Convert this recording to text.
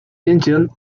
incheon